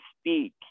speak